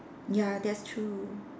ya that's true